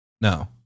No